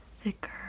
thicker